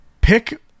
pick